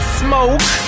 smoke